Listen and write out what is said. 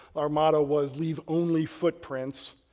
our motto was, leave only footprints.